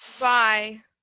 Bye